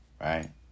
Right